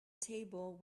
table